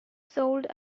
sold